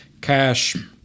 cash